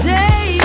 day